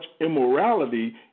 immorality